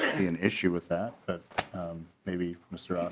see an issue with that but maybe mr. ah